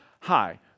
Hi